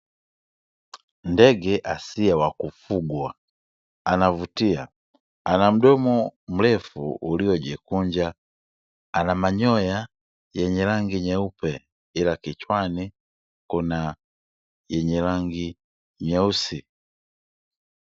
Ndege asiye wakufugwa anavutia anamdomo mrefu uliojikunja, ana manyoya yenye rangi nyeupe ila kichwani kuna yenye rangi nyeusi.